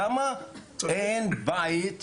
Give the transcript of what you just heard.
למה אין בית בכפר?